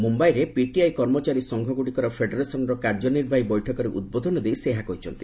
ମୁମ୍ୟାଇରେ ପିଟିଆଇ କର୍ମଚାରୀ ସଂଘଗୁଡ଼ିକର ଫେଡେରେସନ୍ର କାର୍ଯ୍ୟନିର୍ବାହୀ ବୈଠକରେ ଉଦ୍ବୋଧନ ଦେଇ ସେ ଏହା କହିଛନ୍ତି